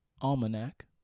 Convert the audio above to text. Almanac